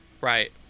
right